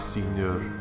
Senior